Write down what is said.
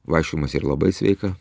vaikščiojimas yra labai sveika